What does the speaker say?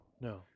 No